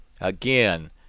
again